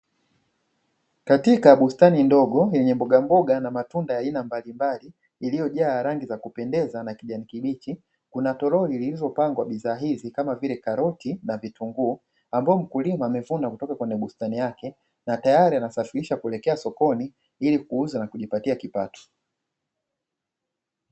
Katika bustani ndogo yenye mbogamboga na matunda ya aina mbalimbali iliyojaa rangi za kupendeza na kijani kibichi kuna toroli iliyopangwa bidhaa hizi kama vile karoti na vitunguu ambavyo mkulima amevuna kutoka kwenye bustani yake na tayari anasafirisha kuelekea sokoni ilikuuza na kujipatia kipato.